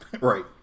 Right